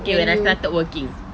okay when I started working